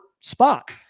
spot